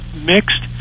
mixed